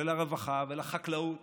לרווחה ולחקלאות